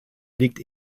liegt